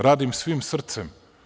Radim svim srcem.